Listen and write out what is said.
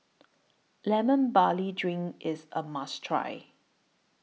Lemon Barley Drink IS A must Try